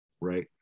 right